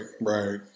right